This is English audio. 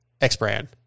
X-Brand